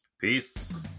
Peace